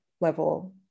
level